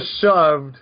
shoved